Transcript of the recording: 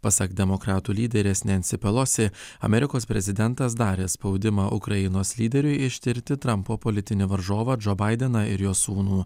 pasak demokratų lyderės nensi pelosi amerikos prezidentas darė spaudimą ukrainos lyderiui ištirti trampo politinį varžovą džo baideną ir jo sūnų